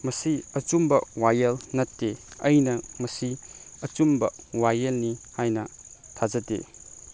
ꯃꯁꯤ ꯑꯆꯨꯝꯕ ꯋꯥꯌꯦꯜ ꯅꯠꯇꯦ ꯑꯩꯅ ꯃꯁꯤ ꯑꯆꯨꯝꯕ ꯋꯥꯌꯦꯜꯅꯤ ꯍꯥꯏꯅ ꯊꯥꯖꯗꯦ